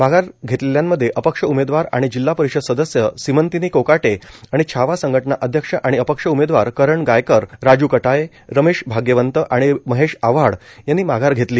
माघार घेतलेल्यामध्ये अपक्ष उमेदवार आणि जिल्हा परिषद सदस्य सिमंतीनी कोकाटे आणि छावा संघटना अध्यक्ष आणि अपक्ष उमेदवार करण गायकर राज् कटाळे रमेश भाग्यवंत आणि महेश आव्हाड यांनी माघार घेतली